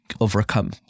overcome